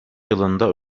yılında